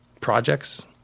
projects